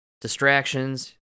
distractions